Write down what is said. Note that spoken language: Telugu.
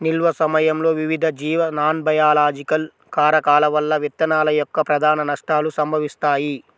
నిల్వ సమయంలో వివిధ జీవ నాన్బయోలాజికల్ కారకాల వల్ల విత్తనాల యొక్క ప్రధాన నష్టాలు సంభవిస్తాయి